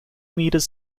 metres